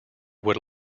would